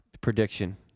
prediction